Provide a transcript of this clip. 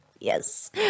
Yes